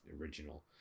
original